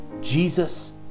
Jesus